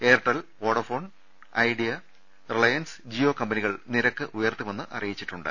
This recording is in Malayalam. Airtel Vodafone Idea Reliance Jio കമ്പനികൾ നിരക്ക് ഉയർത്തുമെന്ന് അറിയിച്ചിട്ടു ണ്ട്